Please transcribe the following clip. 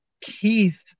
Keith